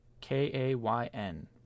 k-a-y-n